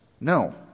No